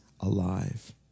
alive